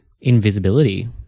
invisibility